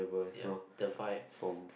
yeap the vibes